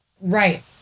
Right